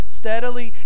steadily